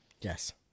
Yes